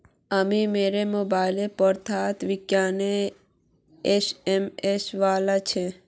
अभी मोर मोबाइलत प्रत्यक्ष विकलनेर एस.एम.एस वल छ